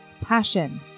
passion